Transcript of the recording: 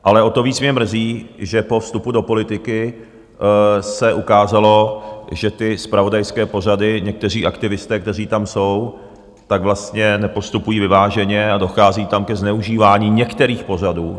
Ale o to víc mě mrzí, že po vstupu do politiky se ukázalo, že ty zpravodajské pořady, někteří aktivisté, kteří tam jsou, tak vlastně nepostupují vyváženě a dochází tam ke zneužívání některých pořadů.